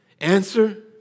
Answer